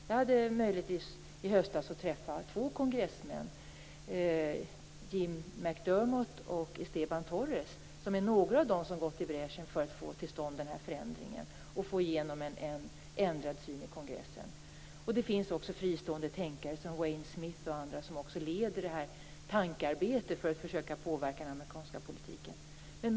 Jag hade möjlighet i höstas att träffa två kongressmän, Jim McDermott och Stephen Torres, som tillhör dem som gått i bräschen för att få till stånd en förändring och få igenom en ändrad syn i kongressen. Det finns också fristående tänkare som Wayne Smith som leder tankearbetet för att försöka påverka den amerikanska politiken.